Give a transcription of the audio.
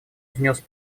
внес